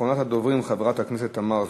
אחרונת הדוברים, חברת הכנסת תמר זנדברג,